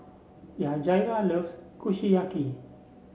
Yajaira loves Kushiyaki